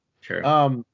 Sure